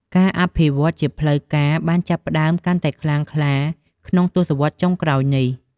ការអភិវឌ្ឍន៍ជាផ្លូវការបានចាប់ផ្តើមកាន់តែខ្លាំងក្លាក្នុងទសវត្សរ៍ចុងក្រោយនេះ។